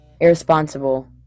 Irresponsible